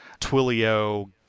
Twilio